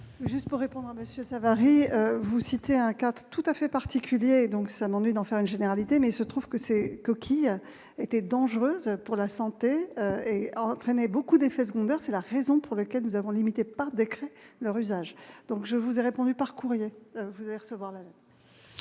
Juste pour répondre à Monsieur Savary, vous citez un cas tout à fait particulier, donc ça m'ennuie d'en faire une généralité, mais se trouve que c'est coquille était dangereuse pour la santé et entraîner beaucoup d'effets secondaires, c'est la raison pour laquelle nous avons limité par décret leur usage, donc je vous ai répondu par courrier, vous allez recevoir.